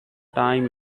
time